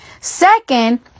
second